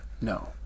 no